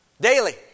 daily